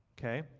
Okay